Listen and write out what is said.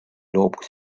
loobus